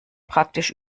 praktisch